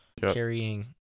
carrying